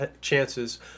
chances